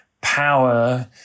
power